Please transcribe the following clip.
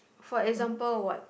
for example what